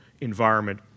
environment